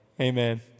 Amen